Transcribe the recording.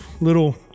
little